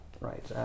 right